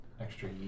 extra